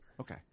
Okay